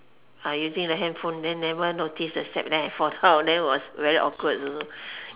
uh using the handphone then never notice the step then I fall down then was very awkward also